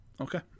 Okay